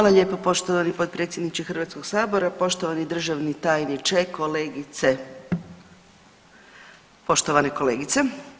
lijepo poštovani potpredsjedniče Hrvatskog sabora, poštovani državni tajniče, poštovane kolegice.